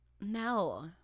No